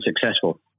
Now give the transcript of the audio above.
successful